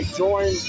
join